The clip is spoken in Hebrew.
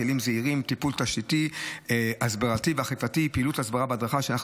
זה בכבישים אדומים.